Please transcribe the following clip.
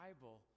Bible